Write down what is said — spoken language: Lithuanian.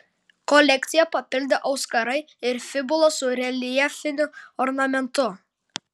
kolekciją papildė auskarai ir fibula su reljefiniu ornamentu